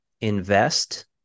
Invest